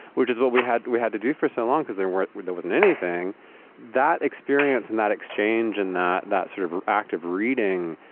we're just what we had. we had to do for so long because there weren't there wasn't anything that experience in that exchange and that that sort of act of reading,